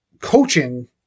coaching